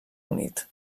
unit